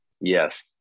Yes